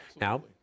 Now